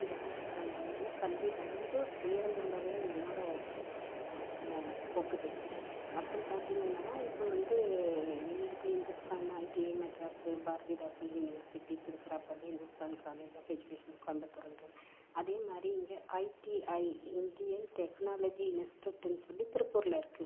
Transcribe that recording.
இதெல்லாம் எடுக்கிறாங்க அதனால் கல்வி வந்து உயர்ந்துள்ளதுன்னு என்னோடய ஒப் ஒப்புகை அப்புறம் பார்த்தீங்கள்னானா இப்போ வந்து இந்த இந்து Hindustan ITI Madras Bharathidasan university Tiruchirappalli Hindustan college of educations Coimbatore ஒன்று அதே மாதிரி இங்கே ஐடிஐ இந்தியன் டெக்னாலஜி இனிஸ்டூட்டுன் சொல்லி திருப்பூரில் இருக்குது